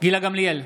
גילה גמליאל,